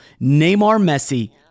Neymar-Messi